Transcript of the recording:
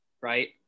right